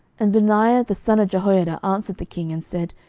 and benaiah the son of jehoiada answered the king, and said,